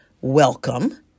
welcome